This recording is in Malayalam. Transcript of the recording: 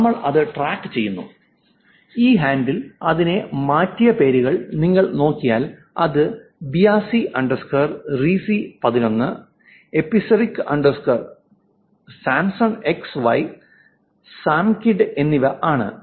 നമ്മൾ അത് ട്രാക്കുചെയ്യുന്നു ഈ ഹാൻഡിൽ അതിനെ മാറ്റിയ പേരുകൾ നിങ്ങൾ നോക്കിയാൽ അത് ബിയാസി അണ്ടർസ്കോർ റീസി 11 എപ്പിസെറിക് അണ്ടർസ്കോർ സാംസൺ എക്സ് വൈ സാംകിഡ് എന്നിവ ആണ്